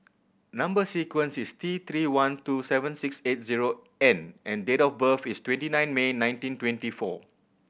number sequence is T Three one two seven six eight zero N and date of birth is twenty nine May nineteen twenty four